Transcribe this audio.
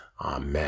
Amen